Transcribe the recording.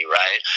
right